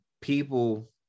people